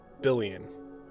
billion